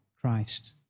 Christ